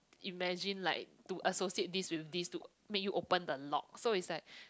imagine like to associate this you this to make you open the lock so is like